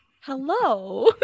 hello